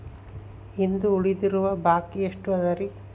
ಇಂದು ಉಳಿದಿರುವ ಬಾಕಿ ಎಷ್ಟು ಅದರಿ?